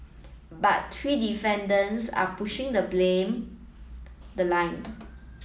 but three defendants are pushing the blame the line